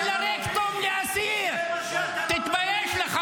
זה מה שאתה לא מבין.